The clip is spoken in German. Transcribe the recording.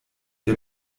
der